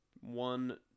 one